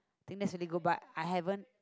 then recently go buy I haven't